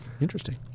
interesting